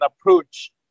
approach